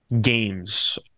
games